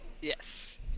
yes